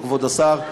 כבוד השר,